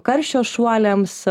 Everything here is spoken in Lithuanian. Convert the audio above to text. karščio šuoliams